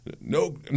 No